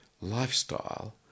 lifestyle